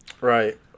Right